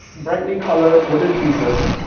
brightly colored wooden pieces.